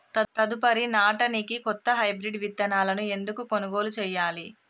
తదుపరి నాడనికి కొత్త హైబ్రిడ్ విత్తనాలను ఎందుకు కొనుగోలు చెయ్యాలి?